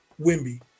Wimby